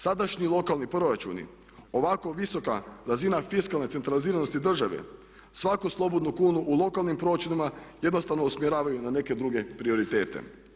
Sadašnji lokalnih proračuni ovako visoka razina fiskalne centraliziranosti države svaku slobodnu kunu u lokalnim proračunima jednostavno usmjeravaju na neke druge prioritete.